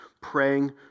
praying